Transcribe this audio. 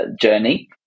journey